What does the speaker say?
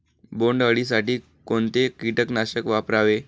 बोंडअळी साठी कोणते किटकनाशक वापरावे?